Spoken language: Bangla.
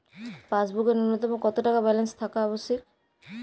পাসবুকে ন্যুনতম কত টাকা ব্যালেন্স থাকা আবশ্যিক?